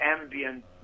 ambient